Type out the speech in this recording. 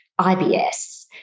IBS